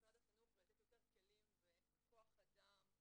משרד החינוך ולתת יותר כלים וכוח אדם,